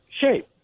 shape